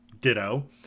Ditto